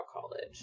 college